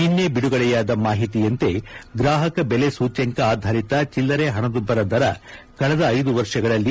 ನಿನ್ನೆ ಬಿಡುಗಡೆಯಾದ ಮಾಹಿತಿಯಂತೆ ಗ್ರಾಹಕ ಬೆಲೆ ಸೂಚ್ಚಂಕ ಆಧಾರಿತ ಚಿಲ್ಲರೆ ಹಣದುಬ್ಬರ ದರ ಕಳೆದ ಐದು ವರ್ಷಗಳಲ್ಲಿ